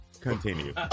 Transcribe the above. continue